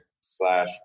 slash